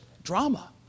drama